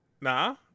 Nah